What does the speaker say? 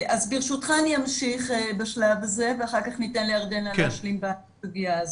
אז ברשותך אני אמשיך בשלב הזה ואחר כך ניתן לירדנה להשלים בסוגיה הזאת.